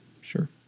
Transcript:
Sure